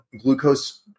glucose